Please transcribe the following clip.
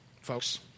folks